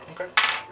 Okay